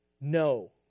no